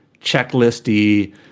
checklisty